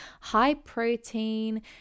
high-protein